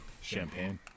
Champagne